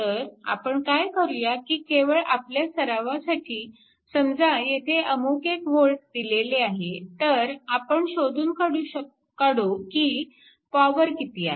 तर आपण काय करूया की केवळ आपल्या सरावासाठी समजा येथे अमुक एक वोल्ट दिले आहे तर आपण शोधून काढू की पॉवर किती आहे